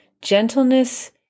Gentleness